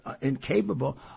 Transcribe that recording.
incapable